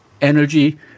energy